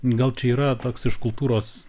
gal čia yra toks iš kultūros